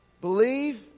believe